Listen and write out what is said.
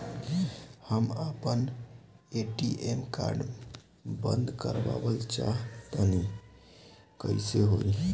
हम आपन ATM card बंद करावल चाह तनि कइसे होई?